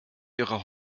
ihrer